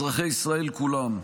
אזרחי ישראל כולם,